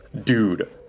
dude